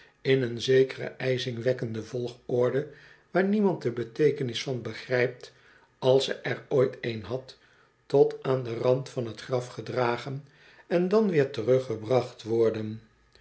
in een zekere ijzingwekkende volgorde waar niemand de beteeken is van begrijpt als ze er ooit een had tot aan den rand van t graf gedragen en dan weer teruggebracht worden